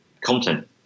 content